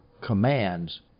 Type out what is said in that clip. commands